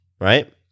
right